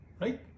Right